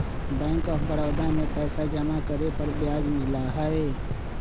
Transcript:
bank of Baroda में पैसा जमा करे पर ब्याज मिला हई